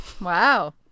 Wow